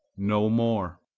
no more.